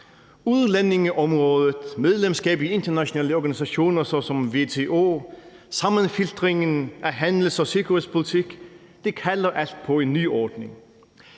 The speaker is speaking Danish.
Udlændingeområdet, medlemskab af internationale organisationer såsom WTO og sammenfiltringen af handels- og sikkerhedspolitik kalder altså på en ny ordning.